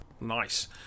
Nice